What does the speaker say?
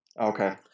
Okay